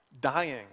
dying